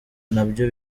nabyo